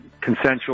consensual